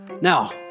Now